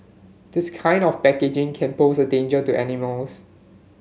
this kind of packaging can pose a danger to animals